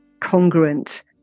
congruent